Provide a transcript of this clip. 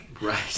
Right